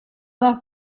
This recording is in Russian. нас